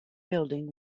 building